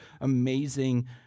amazing